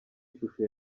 ishusho